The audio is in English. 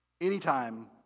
anytime